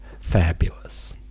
fabulous